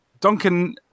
Duncan